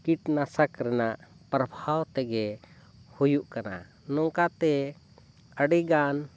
ᱠᱤᱴᱱᱟᱥᱚᱠ ᱨᱮᱱᱟᱜ ᱯᱨᱵᱷᱟᱣ ᱛᱮᱜᱮ ᱦᱩᱭᱩᱜ ᱠᱟᱱᱟ ᱱᱚᱝᱠᱟ ᱛᱮ ᱟᱹᱰᱤ ᱜᱟᱱ